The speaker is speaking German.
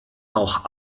noch